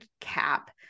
cap